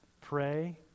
Pray